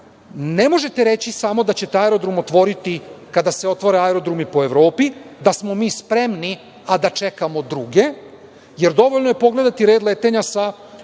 možete reći samo da ćete aerodrom otvoriti kada se otvore aerodromi po Evropi, da smo mi spremni a da čekamo druge. Jer, dovoljno je pogledati red letenja sa